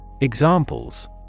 Examples